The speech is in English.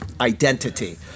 identity